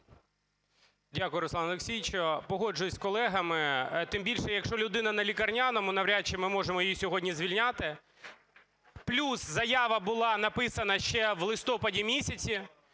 Дякую, Руслане Олексійовичу. Погоджуюсь з колегами. Тим більше якщо людина на лікарняному, навряд чи ми можемо її сьогодні звільняти. Плюс заява була написана ще в листопаді місяці.